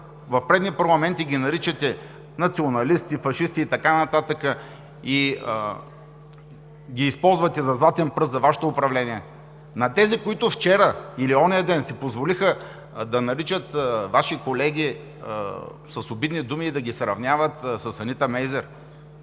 в предни парламенти ги наричате националисти, фашисти и така нататък, и ги използвате за златен пръст за Вашето управление? На тези, които вчера или онзи ден си позволиха да наричат Ваши колеги с обидни думи и да ги сравнят с Анита Мейзер?